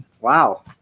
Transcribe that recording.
wow